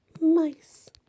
mice